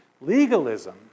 Legalism